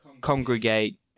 congregate